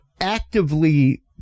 actively